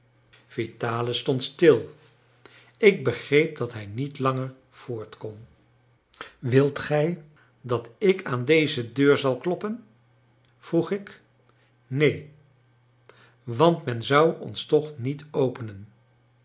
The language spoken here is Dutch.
vitalis stond stil ik begreep dat hij niet langer voort kon wilt gij dat ik aan deze deur zal kloppen vroeg ik neen want men zou ons toch niet openen